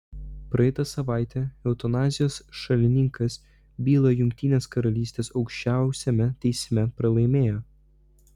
praeitą savaitę eutanazijos šalininkas bylą jungtinės karalystės aukščiausiame teisme pralaimėjo